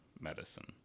medicine